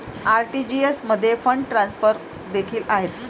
RTGS मध्ये fund transfer देखील आहेत